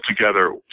together